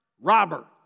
robber